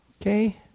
Okay